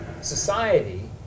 society